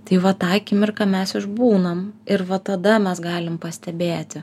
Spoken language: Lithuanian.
tai va tą akimirką mes išbūnam ir va tada mes galim pastebėti